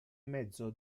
mezzo